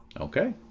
okay